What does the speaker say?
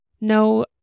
no